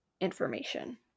information